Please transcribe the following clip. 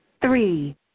Three